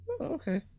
Okay